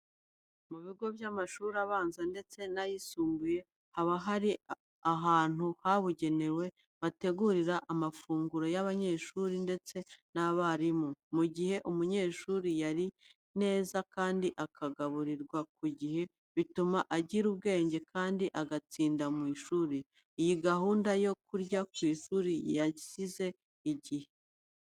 Mu bigo by'amashuri abanza ndetse n'ayisumbuye haba hari ahantu habugenewe bategurira amafunguro y'abanyeshuri ndetse n'abarimu. Mu gihe umunyeshuri yariye neza kandi akagaburirwa ku gihe, bituma agira ubwenge kandi agatsinda mu ishuri. Iyi gahunda yo kurya ku ishuri yaziye igihe.